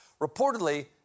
Reportedly